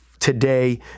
Today